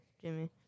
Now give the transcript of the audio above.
Jimmy